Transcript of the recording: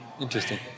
interesting